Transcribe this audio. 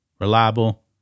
reliable